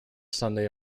sunday